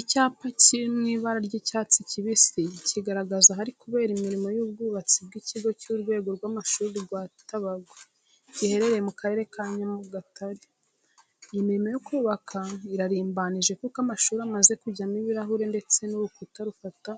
Icyapa ki mu ibara ry'icyatsi kibisi kigaragaza ahari kubera imirimo y'ubwubatsi bw'ikigo cy'urwunge rw'amashuri rwa Tabagwe giherereye mu karere ka Nyagatare. Imirimo yo kubaka irarimbanije kuko amashuri amaze kujyamo ibirahure ndetse n'urukuta rufata